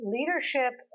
Leadership